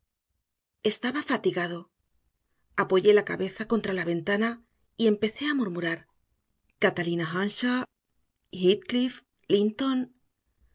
estaba fatigado apoyé la cabeza contra la ventana y empecé a murmurar catalina